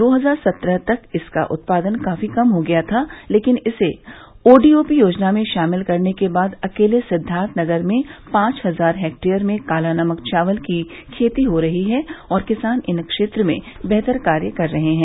दो हजार सत्रह तक इसका उत्पादन काफी कम हो गया था लेकिन इसे ओडीओपी योजना में शामिल करने के बाद अकेले सिद्वार्थनगर में पांच हजार हेक्टेयर में काला नमक चावल की खेती हो रही है और किसान इस क्षेत्र में बेहतर कार्य कर रहे हैं